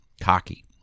cocky